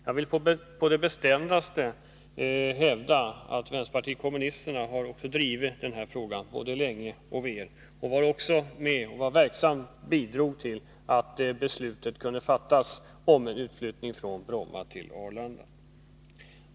Jag vill på det bestämdaste hävda att vänsterpartiet kommunisterna också har drivit denna fråga både länge och väl och verksamt bidragit till att beslutet kunde fattas om en utflyttning från Bromma till Arlanda.